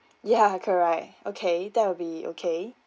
ya correct okay that will be okay